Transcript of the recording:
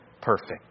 perfect